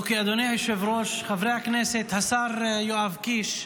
אדוני היושב-ראש, חברי הכנסת, השר יואב קיש,